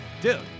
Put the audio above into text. Dude